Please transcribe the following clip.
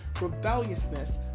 rebelliousness